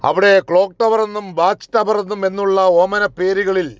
അവിടെ clock tower എന്നും watch tower എന്നും എന്നുള്ള ഓമന പേരുകളിൽ